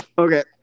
Okay